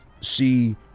see